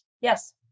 Yes